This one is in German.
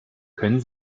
können